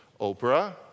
Oprah